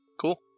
Cool